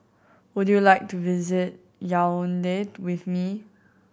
would you like to visit Yaounde with me